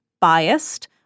biased